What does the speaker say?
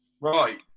Right